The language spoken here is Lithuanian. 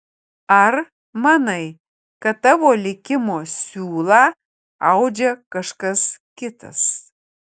ar manai kad tavo likimo siūlą audžia kažkas kitas